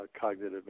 cognitive